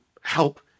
help